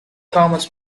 thomas